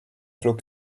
flog